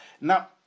now